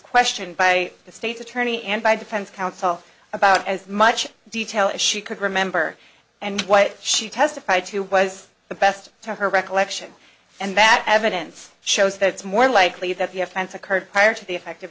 questioned by the state's attorney and by defense counsel about as much detail as she could remember and what she testified to was the best to her recollection and that evidence shows that it's more likely that the offense occurred prior to the effect